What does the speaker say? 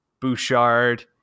Bouchard